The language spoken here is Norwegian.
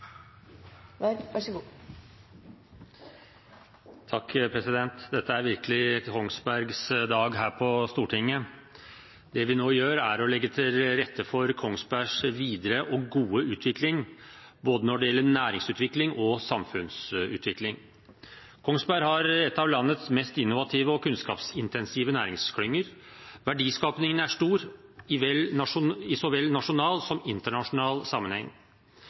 blir så lave som mulig. Høyre og Fremskrittspartiet mener at dette vil komme bilistene til gode, f.eks. gjennom en kortere innkrevingsperiode. En glad dag for Kongsberg! Dette er virkelig Kongsbergs dag her på Stortinget. Det vi nå gjør, er å legge til rette for Kongsbergs videre og gode utvikling, både når det gjelder næringsutvikling og samfunnsutvikling. Kongsberg har en av landets mest innovative og kunnskapsintensive næringsklynger. Verdiskapingen er